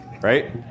Right